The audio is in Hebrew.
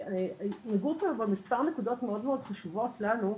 דיברו כאן על מספר נקודות חשובות לנו.